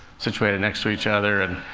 situated next to each other. and